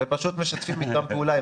ופשוט משתפים איתם פעולה,